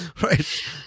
Right